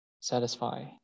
satisfy